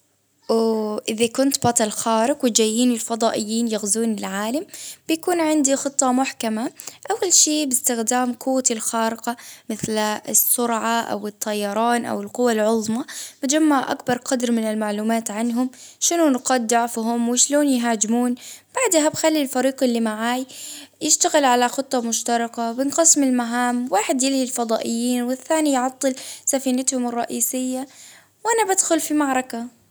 أوو إذا كنت بطل خارق وجايين الفضائيين يغزون العالم بيكون عندي خطة محكمة، أول شي بإستخدام قوتي الفارقة مثل السرعة أو الطيران أو القوة العظمى بجمع أكبر قدر من المعلومات عنهم شنو نقاط ضعفهم، وشلون يهاجمون بعدها بحليف اللي معاي يشتغل على خطة مشتركة، بنقسم المهام واحد يجي الفضائيين ،والثاني يعطل سفينتهم الرئيسية، وأنا بدخل في معركة.